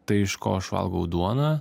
tai iš ko aš valgau duoną